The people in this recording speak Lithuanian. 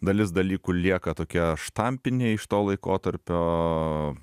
dalis dalykų lieka tokie štampiniai iš to laikotarpio